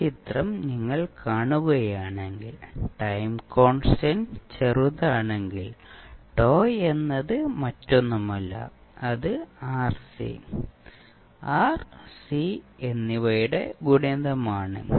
ഈ ചിത്രം നിങ്ങൾ കാണുകയാണെങ്കിൽ ടൈം കോൺസ്റ്റന്റ് ചെറുതാണെങ്കിൽ τ എന്നത് മറ്റൊന്നുമല്ല അത് RC R C എന്നിവയുടെ ഗുണിതം ആണ്